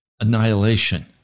annihilation